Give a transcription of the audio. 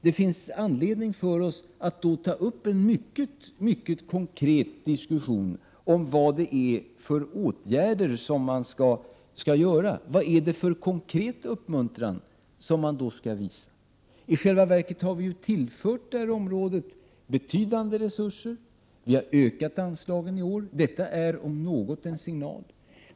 Det finns anledning för oss att ta upp en mycket mer konkret diskussion om vilka åtgärder som skall till. Vad är det för konkret uppmuntran som man skall visa? I själva verket har vi ju tillfört detta område betydande resurser. Vi har ökat anslagen i år; detta är om något en signal.